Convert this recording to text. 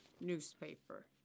newspaper